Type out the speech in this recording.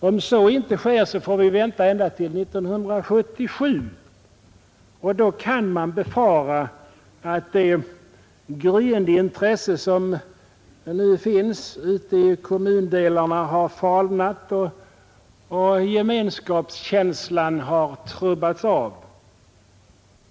Om så inte sker, får vi vänta ända till 1977, och då kan man befara att det gryende intresse som nu finns ute i kommundelarna har falnat och att gemenskapskänslan har trubbats av.